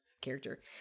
character